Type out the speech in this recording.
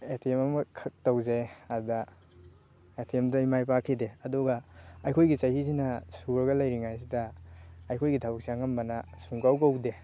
attempt ꯑꯃꯈꯛ ꯇꯧꯖꯩ ꯑꯗ ꯑꯦꯇꯦꯝꯗꯨꯗ ꯑꯩ ꯃꯥꯏ ꯄꯥꯛꯈꯤꯗꯦ ꯑꯗꯨꯒ ꯑꯩꯈꯣꯏꯒꯤ ꯆꯍꯤꯁꯤꯅ ꯁꯨꯔꯒ ꯂꯩꯔꯤꯉꯥꯏꯁꯤꯗ ꯑꯩꯈꯣꯏꯒꯤ ꯊꯕꯛꯁꯦ ꯑꯉꯝꯕꯅ ꯁꯨꯡꯀꯧ ꯀꯧꯗꯦ